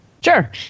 Sure